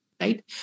right